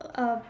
uh